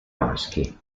maschi